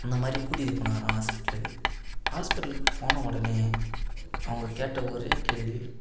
இந்த மாதிரி கூட்டிகிட்டு போனாராம் ஹாஸ்ப்பிடலுக்கு ஹாஸ்ப்பிடலுக்கு போன உடனே அவங்க கேட்ட ஒரே கேள்வி